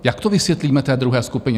Jak to vysvětlíme té druhé skupině?